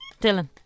Dylan